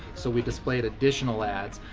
so, we displayed additional ads.